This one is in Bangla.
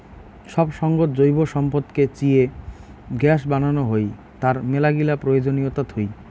সব সঙ্গত জৈব সম্পদকে চিয়ে গ্যাস বানানো হই, তার মেলাগিলা প্রয়োজনীয়তা থুই